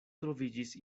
troviĝis